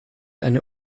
eine